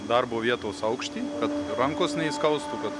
darbo vietos aukštį kad rankos neįskaustų kad